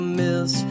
miss